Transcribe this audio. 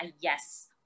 yes